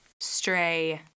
stray